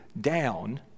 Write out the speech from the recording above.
down